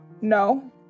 No